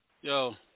Yo